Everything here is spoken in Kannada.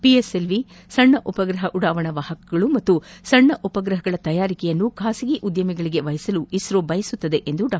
ಪಿಎಸ್ಎಲ್ವಿ ಸಣ್ಣ ಉಪಗ್ರಹ ಉಡಾವಣಾ ವಾಹಕಗಳು ಹಾಗೂ ಸಣ್ಣ ಉಪಗ್ರಹಗಳ ತಯಾರಿಕೆಯನ್ನು ಖಾಸಗಿ ಉದ್ಯಮಿಗಳಿಗೆ ವಹಿಸಲು ಇಸ್ರೋ ಬಯಸುತ್ತದೆ ಎಂದು ಡಾ